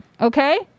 Okay